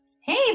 Hey